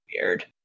weird